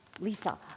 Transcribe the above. Lisa